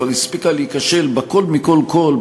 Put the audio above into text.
כבר הספיקה להיכשל בכול מכול כול,